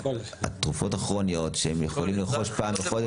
התרופות הכרוניות שהם יכולים לרכוש פעם בחודש